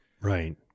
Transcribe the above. Right